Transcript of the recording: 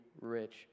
rich